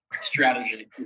strategy